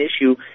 issue